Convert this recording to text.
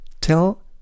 Tell